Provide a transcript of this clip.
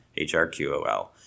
HRQOL